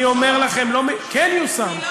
אני אומר לכם, למה הוא לא יושם?